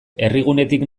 herrigunetik